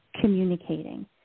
communicating